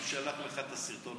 הוא שלח לך את הסרטון,